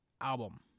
album